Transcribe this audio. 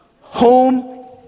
Home